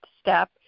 step